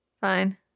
Fine